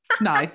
No